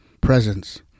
presence